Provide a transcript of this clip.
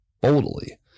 boldly